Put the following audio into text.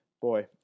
boy